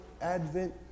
advent